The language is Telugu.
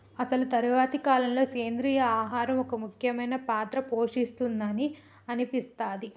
అసలు తరువాతి కాలంలో, సెంద్రీయ ఆహారం ఒక ముఖ్యమైన పాత్ర పోషిస్తుంది అని అనిపిస్తది